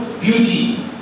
beauty